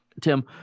Tim